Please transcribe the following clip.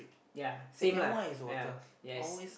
ya same lah ya yes